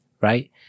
right